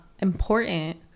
important